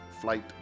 flight